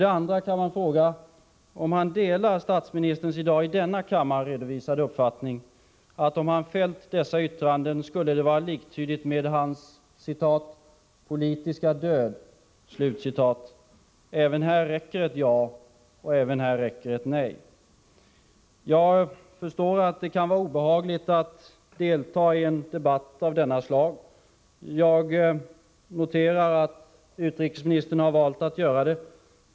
Delar utrikesministern statsministerns i dag i denna kammare redovisade uppfattning att det, om utrikesministern fällt dessa yttranden, var liktydigt med hans ”politiska död”? Även här räcker ett ja eller nej. Jag förstår att det kan vara obehagligt att delta i en debatt av detta slag. Jag noterar att utrikesministern har valt att göra det.